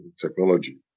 technology